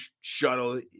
shuttle